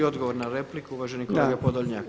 Odgovor na repliku uvaženi kolega Podolnjak.